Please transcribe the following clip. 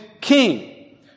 King